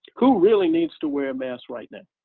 who really needs to wear masks right now?